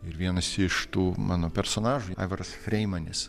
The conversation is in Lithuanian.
ir vienas iš tų mano personažai aivaras freimanis